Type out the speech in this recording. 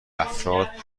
افراد